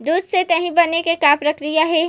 दूध से दही बने के का प्रक्रिया हे?